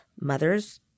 mothers